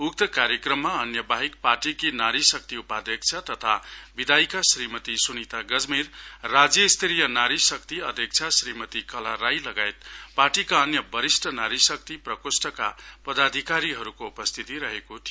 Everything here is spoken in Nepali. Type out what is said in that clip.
उक्त कार्यक्रममा अन्य बाहेक पार्टीकी नारी शक्ति उपाध्यक्ष तथा विधायक श्रीमती सुनिता गज्मेर राज्य स्तरीय नारी शक्ति अध्यक्ष श्रीमती कलालाई लगायत पार्टीका अन्य वरिष्ठ नारी शक्ति प्रकेष्ठका पदाधिकारीहरूको उपस्थिति रहेको थियो